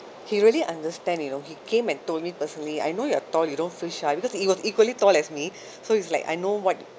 he really understand you know he came and told me personally I know you are tall you don't feel shy because he was equally tall as me so he is like I know what